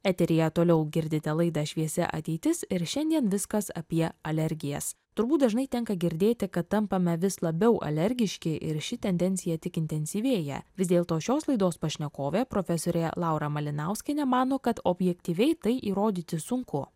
eteryje toliau girdite laidą šviesi ateitis ir šiandien viskas apie alergijas turbūt dažnai tenka girdėti kad tampame vis labiau alergiški ir ši tendencija tik intensyvėja vis dėlto šios laidos pašnekovė profesorė laura malinauskienė mano kad objektyviai tai įrodyti sunku